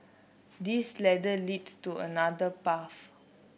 this ladder leads to another path